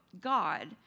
God